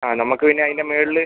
ആ നമുക്ക് പിന്നെ അതിന്റെ മേളിൽ